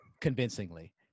convincingly